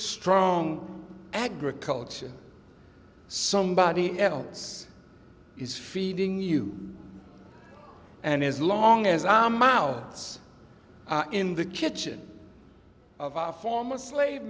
strong agriculture somebody else is feeding you and as long as our mouths in the kitchen of our former slave